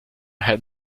had